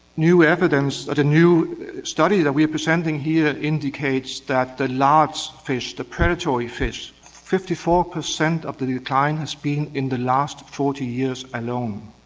new evidence that. a new study that we are presenting here indicates that the large fish, the predatory fish, fifty four percent of the decline has been in the last forty years alone.